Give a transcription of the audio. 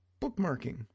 Bookmarking